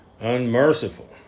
unmerciful